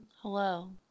Hello